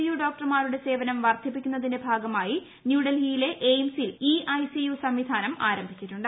U ഡോക്ടർമാരുടെ സേവനം വർദ്ധിപ്പിക്കുന്നതിന്റെ ഭാഗമായി ന്യൂഡൽഹിയിലെ എയിംസിൽ ഇ ഐസിയു സംവിധാനം ആരംഭിച്ചിട്ടുണ്ട്